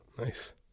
Nice